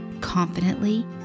confidently